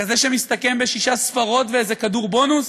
כזה שמסתכם בשש ספרות ואיזה כדור בונוס?